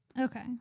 Okay